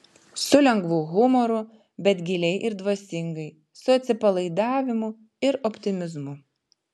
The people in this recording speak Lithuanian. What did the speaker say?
su lengvu humoru bet giliai ir dvasingai su atsipalaidavimu ir optimizmu